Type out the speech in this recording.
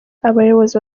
abayobozi